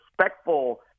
respectful